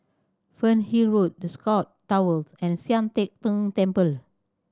Fernhill Road The Scott Towers and Sian Teck Tng Temple